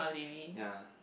ya